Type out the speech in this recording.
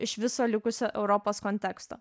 iš viso likusio europos konteksto